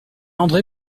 andré